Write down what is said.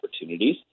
opportunities